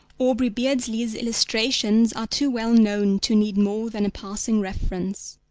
aubrey beardsley's illustrations are too well known to need more than a passing reference.